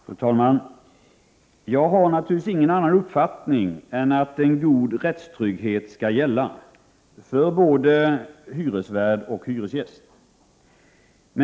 Fru talman! Jag har naturligtvis ingen annan uppfattning än att en god rättstrygghet skall gälla för både hyresvärd och hyresgäst.